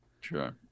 Sure